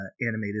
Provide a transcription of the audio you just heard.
animated